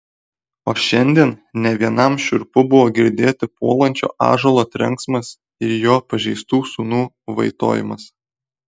o šiandien ne vienam šiurpu buvo girdėti puolančio ąžuolo trenksmas ir jo pažeistų sūnų vaitojimas